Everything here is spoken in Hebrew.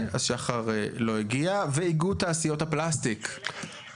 לצד הדגל הסביבתי והסוגיות הסביבתיות החשובות שדוברו פה,